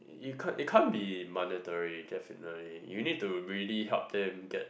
you can't you can't be monetary definitely you need to really help them get